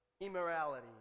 immorality